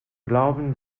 glauben